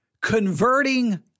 Converting